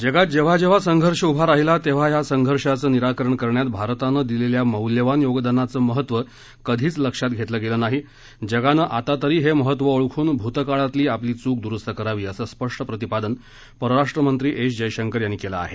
जगात जेव्हा जेव्हा संघर्ष उभा राहिला तेव्हा या संघर्षाचं निराकरण करण्यात भारतानं दिलेल्या मौल्यवान योगदानाचं महत्व कधीच लक्षात घेतलं गेलं नाही जगानं आता तरी हे महत्त्व ओळखून भूतकाळातली आपली चूक द्रुस्त करावी असं स्पष्टं प्रतिपादन परराष्ट्रमंत्री एस जयशंकर यांनी केलं आहे